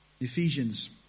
Ephesians